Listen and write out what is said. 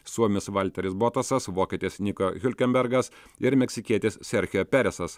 suomis valteris botasas vokietis nika hiulkembergas ir meksikietis serhė peresas